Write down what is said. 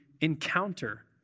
encounter